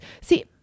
See